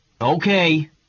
Okay